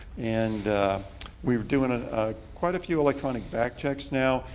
and we're doing quite a few electronic back checks now.